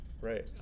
Right